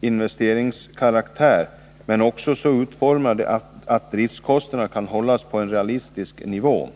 investeringskaraktär, men också så utformade att driftskostnaderna kan hållas på en realistisk nivå.